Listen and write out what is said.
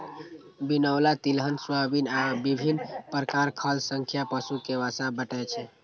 बिनौला, तिलहन, सोयाबिन आ विभिन्न प्रकार खल सं पशु कें वसा भेटै छै